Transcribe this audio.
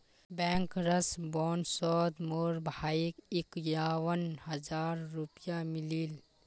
bankers बोनसोत मोर भाईक इक्यावन हज़ार रुपया मिलील